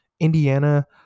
Indiana